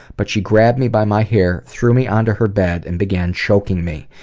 but she grabbed me by my hair, threw me on to her bed, and began choking me.